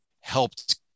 helped